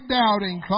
doubting